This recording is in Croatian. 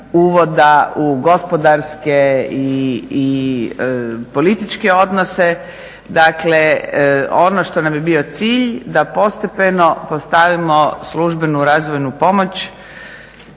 uvoda u gospodarske i političke odnose. Dakle, ono što nam je bio cilj da postepeno postavimo službenu razvojnu pomoć